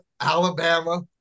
Alabama